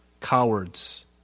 Cowards